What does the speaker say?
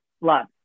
Love